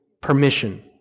permission